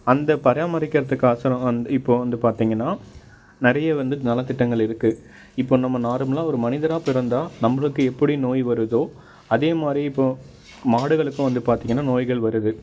அந்த பராமரிக்கிறத்துக்கோசரம் இப்போ வந்து பார்த்தீங்கன்னா நிறைய வந்து நலத்திட்டங்கள் இருக்கு இப்போ நம்ம நார்மலாக ஒரு மனிதராக பிறந்தால் நம்மளுக்கு எப்படி நோய் வருதோ அதே மாதிரி இப்போ மாடுகளுக்கும் வந்து பார்த்தீங்கன்னா நோய்கள் வருது